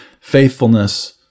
faithfulness